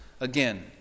again